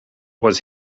was